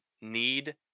need